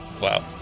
Wow